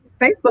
Facebook